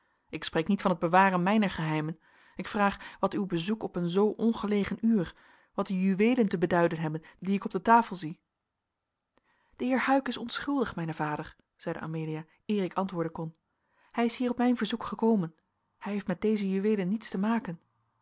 ik spreek niet van het bewaren mijner geheimen ik vraag wat uw bezoek op een zoo ongelegen uur wat de juweelen te beduiden hebben die ik op de tafel zie de heer huyck is onschuldig mijn vader zeide amelia eer ik antwoorden kon hij is hier op mijn verzoek gekomen hij heeft met deze juweelen niets te maken